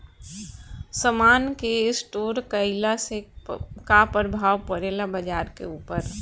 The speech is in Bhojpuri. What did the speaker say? समान के स्टोर काइला से का प्रभाव परे ला बाजार के ऊपर?